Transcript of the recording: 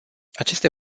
aceste